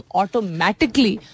automatically